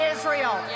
Israel